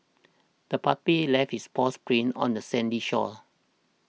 the puppy left its paws prints on the sandy shore